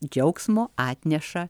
džiaugsmo atneša